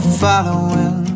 following